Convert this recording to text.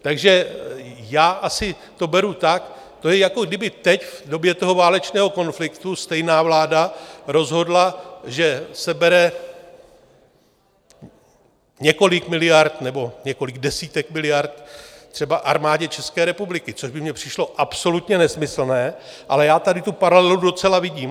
Takže já asi to beru tak, to je, jako kdyby teď v době toho válečného konfliktu stejná vláda rozhodla, že sebere několik miliard nebo několik desítek miliard třeba Armádě České republiky, což by mně přišlo absolutně nesmyslné, ale já tady tu paralelu docela vidím.